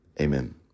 amen